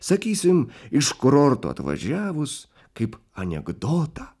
sakysim iš kurorto atvažiavus kaip anekdotą